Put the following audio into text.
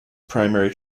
primary